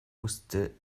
musste